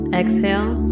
exhale